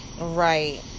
Right